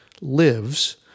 lives